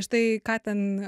štai ką ten